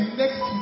next